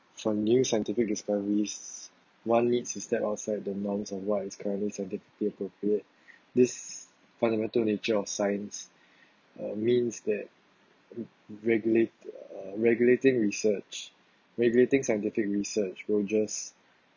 some new scientific discoveries one needs to step outside the norms on why it's currently scientific appropriate this fundamental nature of science uh means that regulate uh regulating research regulating scientific research will just